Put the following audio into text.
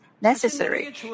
necessary